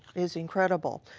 is incredible.